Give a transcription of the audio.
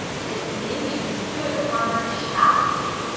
this minion stood upon her chastity,